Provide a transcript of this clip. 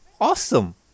awesome